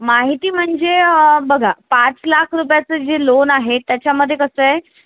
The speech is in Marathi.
माहिती म्हणजे बघा पाच लाख रुपयाचं जे लोन आहे त्याच्यामध्ये कसं आहे